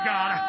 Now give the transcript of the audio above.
God